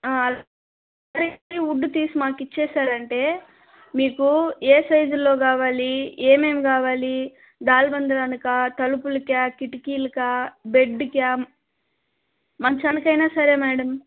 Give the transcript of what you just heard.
wood తీసి మాకిచ్చేశారంటే మీకు ఏ సైజుల్లో కావాలి ఏమేమి కావాలి ద్వారాబంధానికా తలుపులకా కిటికీలకా బెడ్కా మంచానికైనా సరే మేడం